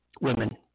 women